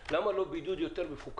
השאלה - למה לא בידוד יותר מפוקח?